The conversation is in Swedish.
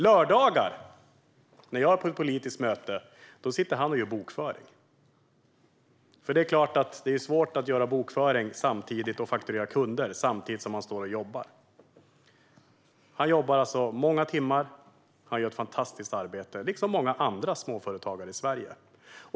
Lördagar, när jag är på politiskt möte, då sitter han med bokföringen. Det är ju svårt att bokföra och fakturera kunder samtidigt som man står och jobbar. Han jobbar alltså många timmar och gör ett fantastiskt arbete, liksom många andra småföretagare i Sverige.